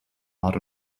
art